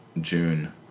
June